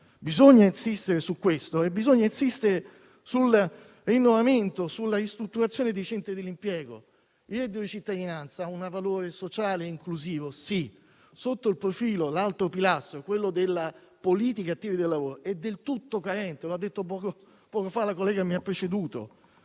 Bisogna insistere su questo, nonché sul rinnovamento e sulla ristrutturazione dei centri per l'impiego. Il reddito di cittadinanza ha un valore sociale inclusivo? Sì. Sotto l'altro profilo (quello della politica attiva del lavoro) è invece del tutto carente, come ha detto poco fa la collega che mi ha preceduto.